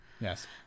Yes